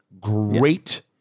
Great